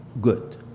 good